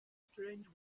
strange